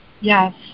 Yes